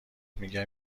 میگم